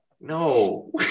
no